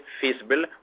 feasible